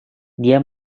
dia